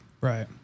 Right